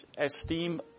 esteem